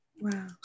Wow